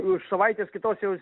už savaitės kitos jau